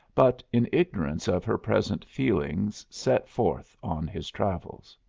but in ignorance of her present feelings set forth on his travels.